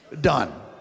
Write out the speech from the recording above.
Done